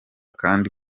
kandi